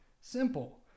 Simple